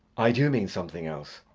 i do mean something else.